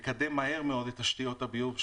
לקדם מהר מאוד את תשתיות הביוב,